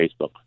Facebook